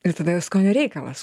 ir tada jau skonio reikalas